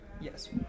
Yes